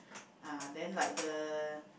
uh then like the